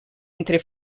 entre